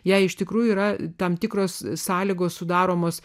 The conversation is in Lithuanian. jei iš tikrųjų yra tam tikros sąlygos sudaromos